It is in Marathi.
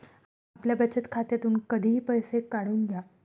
आपल्या बचत खात्यातून कधीही पैसे काढून घ्या